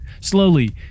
Slowly